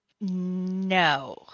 No